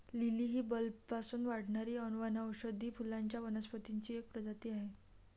lily ही बल्बपासून वाढणारी वनौषधी फुलांच्या वनस्पतींची एक प्रजाती आहे